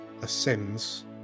ascends